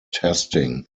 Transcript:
testing